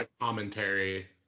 Commentary